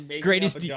greatest